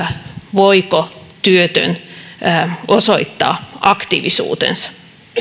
voiko työtön osoittaa aktiivisuutensa